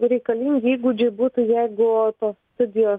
reikalingi įgūdžiai būtų jeigu tos studijos